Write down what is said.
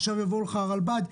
עכשיו יבואו הרלב"ד,